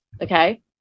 okay